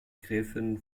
gräfin